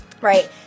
right